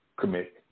commit